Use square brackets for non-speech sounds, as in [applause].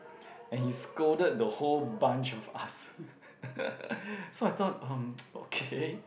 and he scolded the whole bunch of us so I thought um [noise] okay